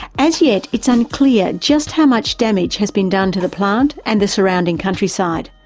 as yet, it's unclear just how much damage has been done to the plant and the surrounding countryside.